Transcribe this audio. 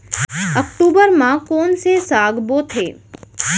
अक्टूबर मा कोन से साग बोथे?